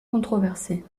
controversées